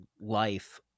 life